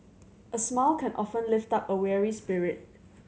a smile can often lift up a weary spirit